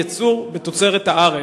ייצור תוצרת הארץ).